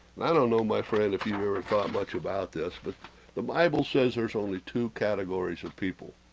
and i don't know, my friend if you've ever thought much about this but the bible says there's only two categories of people